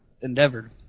endeavored